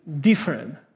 different